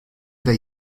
they